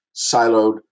siloed